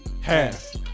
Half